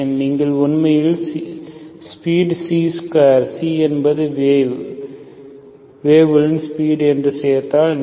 நீங்கள் உண்மையில்ஸ்பீட் c2 c என்பது வேவ் களின் ஸ்பீட் என்று சேர்த்தால் நீங்கள்